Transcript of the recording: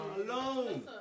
alone